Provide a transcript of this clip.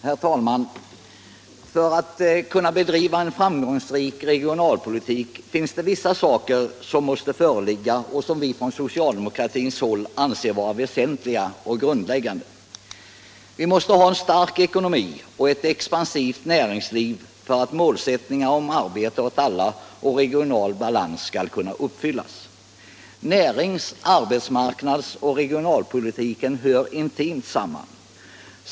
Herr talman! För att man skall kunna bedriva en framgångsrik regionalpolitik är det vissa saker som måste föreligga och som vi socialdemokrater anser vara väsentliga och grundläggande. Vi måste ha en stark ekonomi och ett expansivt näringsliv för att målsättningarna arbete åt alla och regional balans skall kunna uppfyllas. Närings-, arbetsmarknadsoch regionalpolitiken hör intimt samman.